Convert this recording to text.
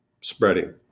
spreading